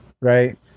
right